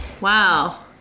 Wow